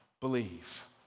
believe